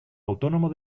autónomo